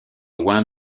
loin